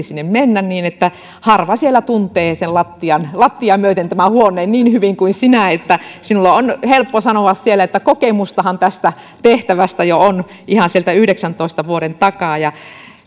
sinne mennä että harva siellä tuntee lattiaa lattiaa myöten tämän huoneen niin hyvin kuin sinä että sinun on helppo sanoa siellä että kokemusta tästä tehtävästä on jo ihan sieltä yhdeksäntoista vuoden takaa